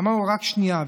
אמר לו: רק שנייה,